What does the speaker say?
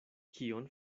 kion